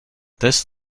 this